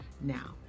Now